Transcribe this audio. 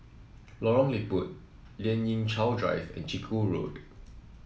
Lorong Liput Lien Ying Chow Drive and Chiku Road